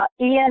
Ian